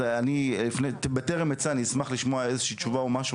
אז בטרם אצא אשמח לשמוע איזה תשובה או משהו